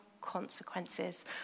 consequences